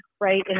right